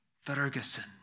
Ferguson